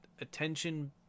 attention